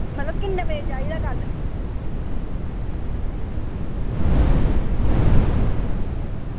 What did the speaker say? मतलब किन्ने बजे चाहिदा कल्ल